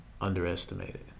underestimated